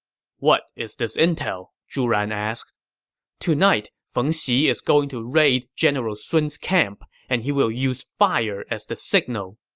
what is this intel? zhu ran asked tonight, feng xi is going to raid general sun's camp, and he will use fire as the signal.